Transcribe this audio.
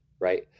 right